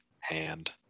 hand